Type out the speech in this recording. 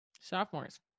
Sophomores